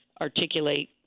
articulate